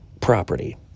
property